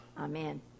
Amen